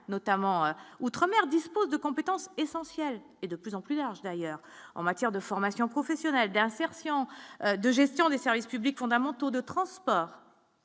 notamment outre-mer dispose de compétences essentielles et de plus en plus large, d'ailleurs, en matière de formation professionnelle, d'insertion, de gestion des services publics fondamentaux de transport.